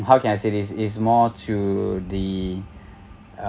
how can I say this is more to the